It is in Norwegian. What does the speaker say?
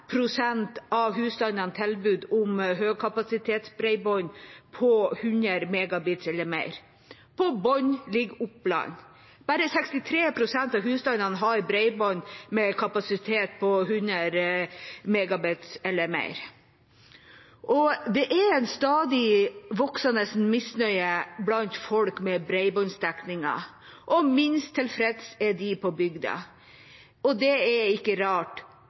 av husstandene tilbud om høykapasitetsbredbånd på 100 MB eller mer. På bunnen ligger Oppland – bare 63 pst. av husstandene har bredbånd med kapasitet på 100 MB eller mer. Det er en stadig voksende misnøye med bredbåndsdekningen blant folk, og minst tilfreds er de på bygda. Det er ikke rart